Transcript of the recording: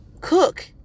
cook